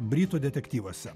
britų detektyvuose